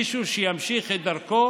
מישהו שימשיך את דרכו.